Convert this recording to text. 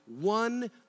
one